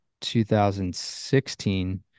2016